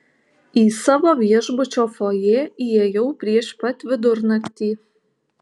į savo viešbučio fojė įėjau prieš pat vidurnaktį